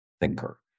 thinker